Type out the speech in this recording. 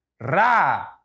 Ra